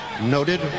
noted